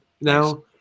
now